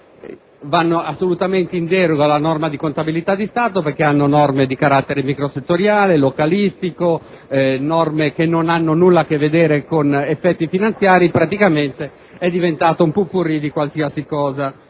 vanno assolutamente in deroga alla norma di contabilità di Stato, perché recano norme di carattere microsettoriale, localistico che non hanno nulla a che vedere con gli effetti finanziari. Praticamente è diventato un *pot-pourri* di qualsiasi cosa.